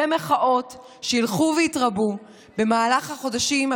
ומחאות שילכו ויתרבו במהלך החודשים,